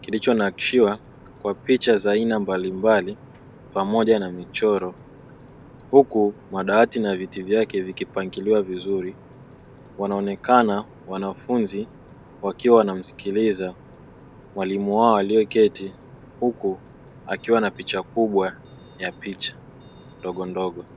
kilicho nakshiwa kwa picha za aina mbaimbali pamoja na michoro. Huku madawati na viti vyake vikipangiliwa vizuri, wanaoneka wanafunzi wakiwa wakimsikiliza mwalimu wao aliyeketi huku akiwa na picha kubwa ya picha ndogondogo.